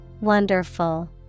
Wonderful